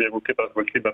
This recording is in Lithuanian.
jeigu kitos valstybės